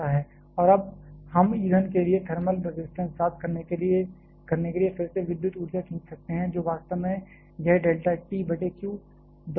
T T0 - q"'G r2 4kF और अब हम ईंधन के लिए थर्मल रजिस्टेंस प्राप्त करने के लिए फिर से विद्युत ऊर्जा खींच सकते हैं जो वास्तव में यह डेल्टा T बटे q डॉट से होगा